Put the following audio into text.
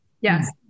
Yes